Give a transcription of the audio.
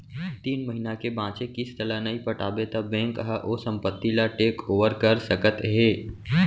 तीन महिना के बांचे किस्त ल नइ पटाबे त बेंक ह ओ संपत्ति ल टेक ओवर कर सकत हे